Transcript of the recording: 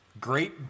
great